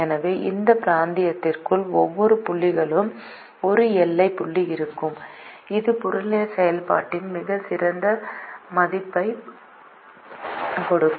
எனவே இந்த பிராந்தியத்திற்குள் ஒவ்வொரு புள்ளிக்கும் ஒரு எல்லை புள்ளி இருக்கும் இது புறநிலை செயல்பாட்டின் சிறந்த மதிப்பைக் கொடுக்கும்